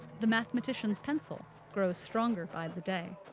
the mathematician's pencil grows stronger by the day.